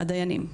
הדיינים,